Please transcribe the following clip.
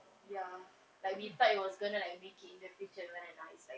ya like we thought it was gonna like make it in the future but then now it's like